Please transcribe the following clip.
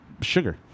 sugar